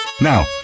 Now